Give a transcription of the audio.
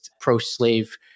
pro-slave